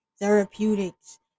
therapeutics